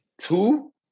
two